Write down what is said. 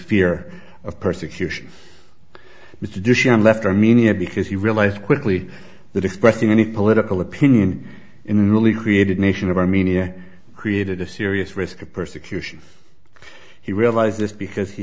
fear of persecution mr duchenne left armenia because he realized quickly that expressing any political opinion in really created a nation of armenia created a serious risk of persecution he realized this because he